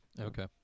okay